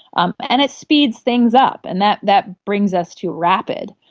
um and it speeds things up, and that that brings us to rapid.